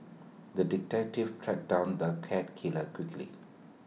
the detective tracked down the cat killer quickly